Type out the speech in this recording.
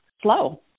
slow